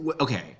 Okay